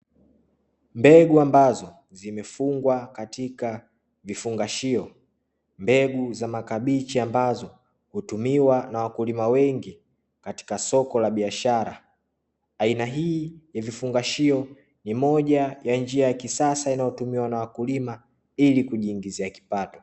Mbegu ambazo zimefungwa katika vifungashio, mbegu za makabichi ambazo hutumiwa na wakulima wengi katika soko la biashara, aina hii ya vifungashio ni moja ya njia ya kisasa inayo tumiwa na wakulima ili kujingizia kipato.